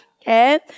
okay